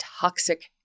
toxic